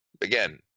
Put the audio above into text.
again